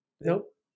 Nope